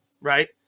right